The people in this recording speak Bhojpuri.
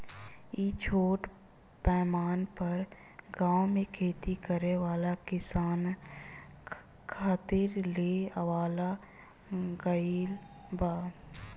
इ छोट पैमाना पर गाँव में खेती करे वाला किसानन खातिर ले आवल गईल बा